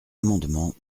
amendement